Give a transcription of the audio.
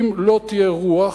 אם לא תהיה רוח,